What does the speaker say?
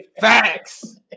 Facts